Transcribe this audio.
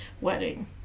wedding